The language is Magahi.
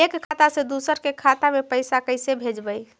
एक खाता से दुसर के खाता में पैसा कैसे भेजबइ?